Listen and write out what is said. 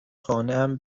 خانهام